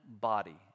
body